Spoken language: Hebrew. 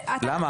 למה?